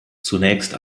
zunächst